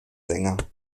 sänger